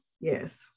yes